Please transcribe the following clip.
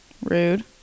rude